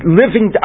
living